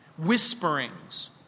Whisperings